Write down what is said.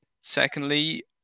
Secondly